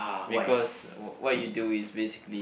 because what you do is basically